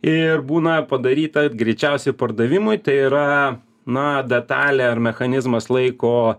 ir būna padaryta greičiausiai pardavimui tai yra na detalė ar mechanizmas laiko